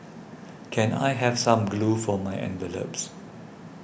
can I have some glue for my envelopes